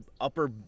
upper